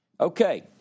Okay